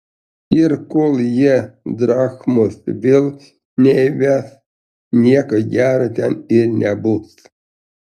ir kol jie drachmos vėl neįves nieko gero ten ir nebus